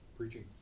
preaching